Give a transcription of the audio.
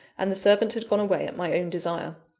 and the servant had gone away at my own desire.